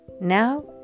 Now